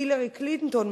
הילרי קלינטון,